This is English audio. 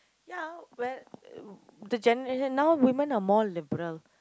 ya well uh the generation now women are more liberal